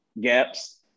gaps